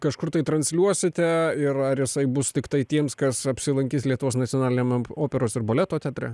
kažkur tai transliuosite ir ar jisai bus tiktai tiems kas apsilankys lietuvos nacionaliniame operos ir baleto teatre